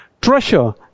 Treasure